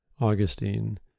augustine